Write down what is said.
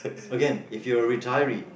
again if you're retiree